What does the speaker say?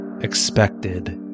expected